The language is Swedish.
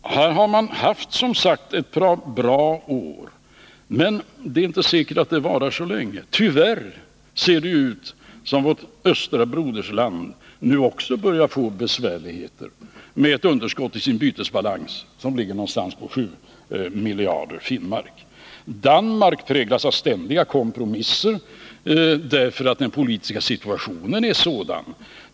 Finland har som sagt haft ett par bra år, men det är inte säkert att den situationen varar så länge till. Tyvärr ser det ut som om också vårt östra broderland nu börjar få besvärligheter, med ett underskott i sin bytesbalans som ligger någonstans i närheten av 7 miljarder FM. Danmark präglas av ständiga kompromisser på grund av den politiska situationen där.